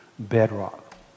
bedrock